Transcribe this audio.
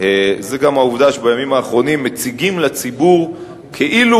זו גם העובדה שבימים האחרונים מציגים לציבור כאילו